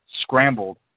scrambled